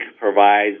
provides